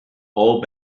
all